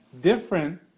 different